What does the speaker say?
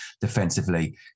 defensively